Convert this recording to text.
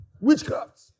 Witchcraft